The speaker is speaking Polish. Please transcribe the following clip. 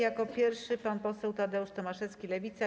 Jako pierwszy pan poseł Tadeusz Tomaszewski, Lewica.